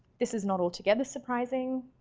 this is not altogether surprising.